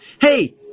Hey